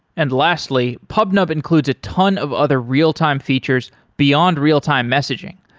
and lastly, pubnub includes a ton of other real-time features beyond real-time messaging,